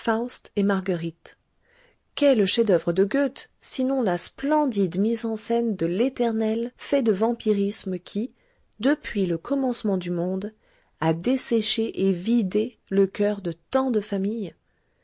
et marguerite qu'est le chef d'oeuvre de goethe sinon la splendide mise en scène de l'éternel fait de vampirisme qui depuis le commencement du monde a desséché et vidé le coeur de tant de familles